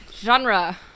Genre